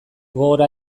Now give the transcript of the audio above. gogor